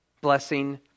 blessing